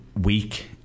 Week